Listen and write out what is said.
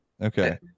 Okay